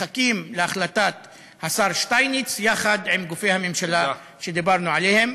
מחכים להחלטת השר שטייניץ יחד עם גופי הממשלה שדיברנו עליהם.